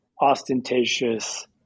ostentatious